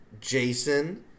Jason